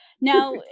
now